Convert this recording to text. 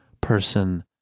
person